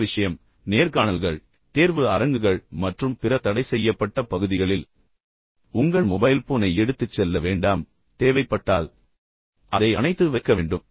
அதே விஷயம் நேர்காணல்கள் தேர்வு அரங்குகள் மற்றும் பிற தடைசெய்யப்பட்ட பகுதிகளில் உங்கள் மொபைல் போனை எடுத்துச் செல்ல வேண்டாம் தேவைப்பட்டால் அதை அணைத்து வைக்க வேண்டும்